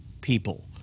people